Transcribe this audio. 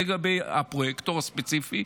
לגבי הפרויקטור הספציפי.